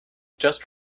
just